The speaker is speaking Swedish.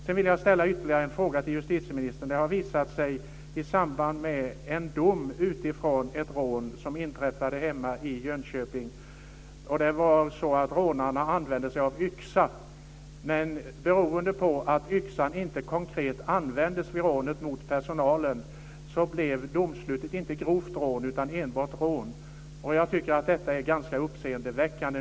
Sedan vill jag ställa ytterligare en fråga till justitieministern som har samband med en dom efter ett rån som inträffade hemma i Jönköping. Rånarna använde sig av yxa, men beroende på att yxan vid rånet inte användes konkret mot personalen blev brottsrubriceringen inte grovt rån utan enbart rån. Jag tycker att detta är ganska uppseendeväckande.